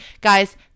guys